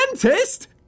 dentist